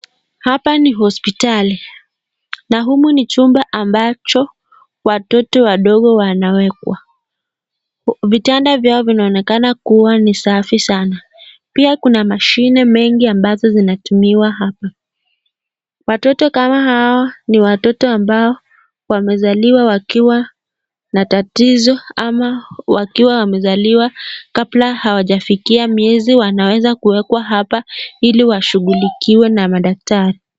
Hapa ni hospitalini , na humu ni chumba ambacho watoto wadogo wamewekwa . Vitanda vyao vinaonekana kuwa ni safi sana . Pia Kuna machine mingi ambazo zinatumiwa hapa . Watoto kaam Hawa ni watoto ambao wanazaliwa na tatizo ama wakiwa hawajafikia miezi wanaweza kuwekwa hapa hili washughulikiwe na madaktari.